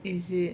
is it